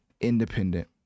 independent